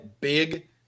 big